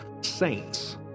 saints